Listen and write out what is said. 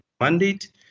mandate